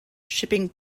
shipping